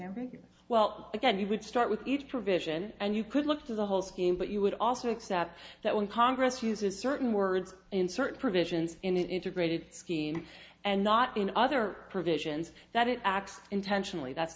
there well again you would start with each provision and you could look to the whole scheme but you would also accept that when congress uses certain words in certain provisions in an integrated scheme and not in other provisions that it acts intentionally that's